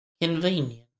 Convenient